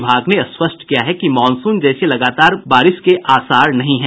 विभाग ने स्पष्ट किया है कि मॉनसून जैसी लगातार बारिश के आसार नहीं है